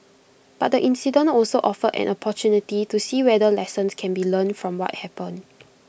but the incident also offered an opportunity to see whether lessons can be learned from what happened